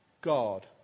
God